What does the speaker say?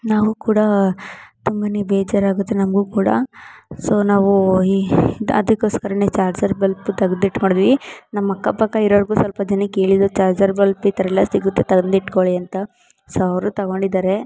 ನಾವೂ ಕೂಡ ತುಂಬ ಬೇಜಾರಾಗುತ್ತೆ ನಮಗೂ ಕೂಡ ಸೊ ನಾವು ಈ ದ ಅದಕ್ಕೋಸ್ಕರನೇ ಚಾರ್ಜರ್ ಬಲ್ಪು ತೆಗ್ದಿಟ್ಕೊಂಡಿದಿವಿ ನಮ್ಮ ಅಕ್ಕಪಕ್ಕ ಇರೋವ್ರ್ಗು ಸ್ವಲ್ಪ ಜನಕ್ಕೆ ಹೇಳಿದೋ ಚಾರ್ಜರ್ ಬಲ್ಪ್ ಈ ಥರ ಎಲ್ಲ ಸಿಗುತ್ತೆ ತಂದು ಇಟ್ಕೊಳ್ಳಿ ಅಂತ ಸೊ ಅವರೂ ತೊಗೊಂಡಿದಾರೆ